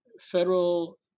Federal